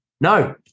No